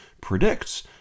predicts